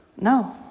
No